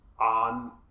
on